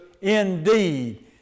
indeed